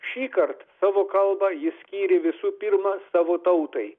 šįkart savo kalbą jis skyrė visų pirma savo tautai